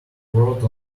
wrote